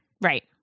Right